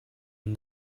and